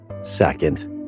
second